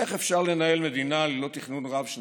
איך אפשר לנהל מדינה ללא תכנון רב-שנתי?